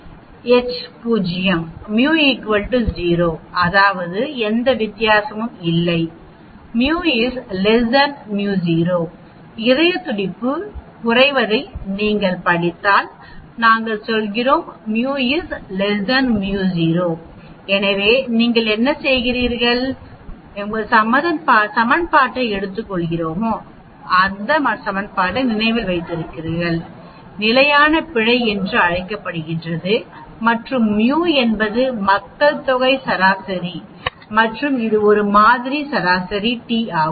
o அதாவது எந்த வித்தியாசமும் இல்லை μ μo இதயத் துடிப்பு குறைவதை நீங்கள் படித்தால் நாங்கள் சொல்கிறோம் μ μo எனவே நீங்கள் என்ன செய்கிறீர்கள் நாங்கள் எங்கள் சமன்பாட்டை எடுத்துக்கொள்கிறோமா இந்த சமன்பாட்டை நீங்கள் நினைவில் வைத்திருக்கிறீர்களா இது நிலையான பிழை என்று அழைக்கப்படுகிறது மற்றும் mu என்பது மக்கள் தொகை சராசரி மற்றும் இது ஒரு மாதிரி சராசரி t ஆகும்